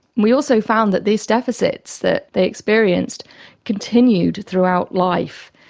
we also found that these deficits that they experienced continued throughout life.